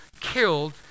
killed